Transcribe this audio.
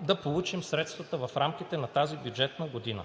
да получим средствата в рамките на тази бюджетна година.